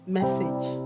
message